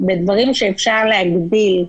בדברים שאפשר להגביל,